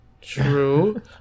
True